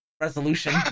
resolution